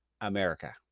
America